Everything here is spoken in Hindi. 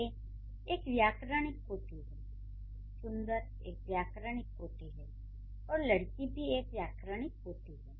'ए' एक व्याकरणिक कोटि है 'सुंदर' एक व्याकरणिक कोटि है और 'लड़की' भी एक व्याकरणिक कोटि है